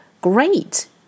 great